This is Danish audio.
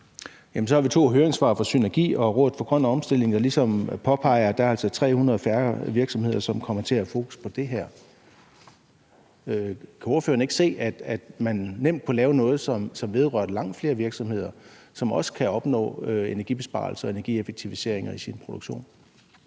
så har vi to høringssvar, et fra SYNERGI og et fra Rådet for Grøn Omstilling, hvor de ligesom påpeger, at der altså er 300 færre danske virksomheder, som kommer til at have fokus på det her. Kan ordføreren ikke se, at man nemt kunne lave noget, som vedrørte langt flere virksomheder, der også ville kunne opnå energibesparelser og energieffektiviseringer i deres produktion?